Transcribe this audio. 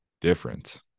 different